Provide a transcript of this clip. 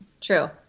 True